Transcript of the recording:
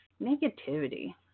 Negativity